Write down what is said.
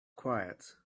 quiet